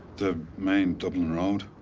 the main dublin road.